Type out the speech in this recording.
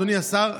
אדוני השר,